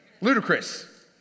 ludicrous